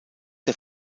der